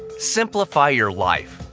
simplify your life.